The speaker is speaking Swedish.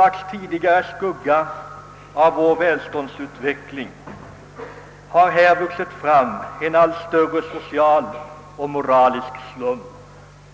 I skuggan av vår välståndsutveckling har det vuxit fram en allt större social och moralisk slum,